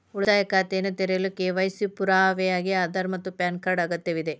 ಉಳಿತಾಯ ಖಾತೆಯನ್ನು ತೆರೆಯಲು ಕೆ.ವೈ.ಸಿ ಗೆ ಪುರಾವೆಯಾಗಿ ಆಧಾರ್ ಮತ್ತು ಪ್ಯಾನ್ ಕಾರ್ಡ್ ಅಗತ್ಯವಿದೆ